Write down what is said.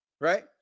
Right